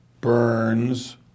Burns